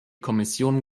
kommission